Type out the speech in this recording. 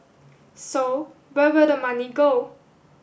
so where will the money go